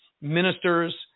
ministers